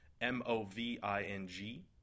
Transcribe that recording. M-O-V-I-N-G